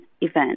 event